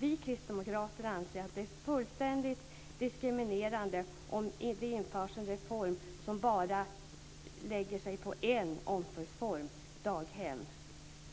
Vi kristdemokrater anser att det är fullständigt diskriminerande om det införs en reform som bara omfattar en omsorgsform, nämligen daghem.